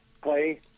clay